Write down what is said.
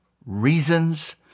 Reasons